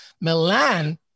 Milan